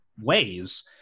ways